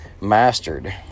mastered